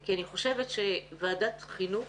כי אני חושבת שוועדת חינוך